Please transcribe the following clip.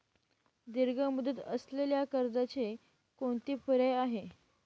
दीर्घ मुदत असलेल्या कर्जाचे कोणते पर्याय आहे?